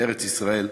בארץ-ישראל,